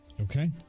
Okay